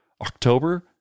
October